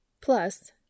Plus